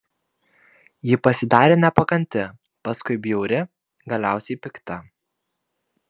ji pasidarė nepakanti paskui bjauri galiausiai pikta